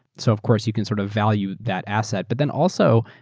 so of course you can sort of value that asset. but then also,